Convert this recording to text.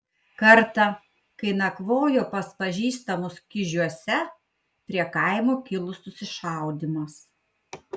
kartą kai nakvojo pas pažįstamus kižiuose prie kaimo kilo susišaudymas